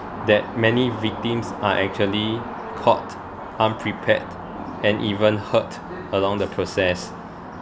that many victims are actually caught unprepared and even hurt along the process